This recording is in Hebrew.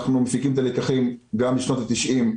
אנחנו מפיקים את הלקחים גם משנות ה-90',